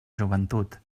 joventut